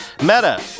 Meta